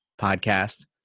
podcast